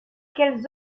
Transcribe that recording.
quels